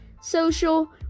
social